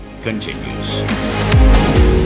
continues